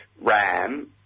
RAM